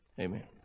Amen